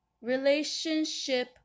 relationship